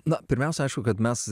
na pirmiausia aišku kad mes